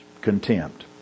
contempt